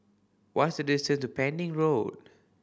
what's the distance to Pending Road